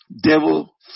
Devil